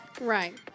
Right